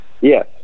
Yes